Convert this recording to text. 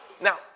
Now